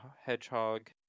Hedgehog